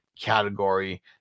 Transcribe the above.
category